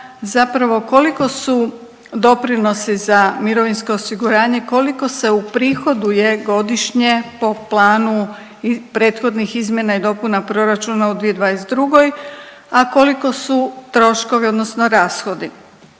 zapravo koliko su doprinosi za mirovinsko osiguranje, koliko se uprihoduje godišnje po planu prethodnih izmjena i dopuna proračuna u 2022. a koliko su troškovi, odnosno rashodi.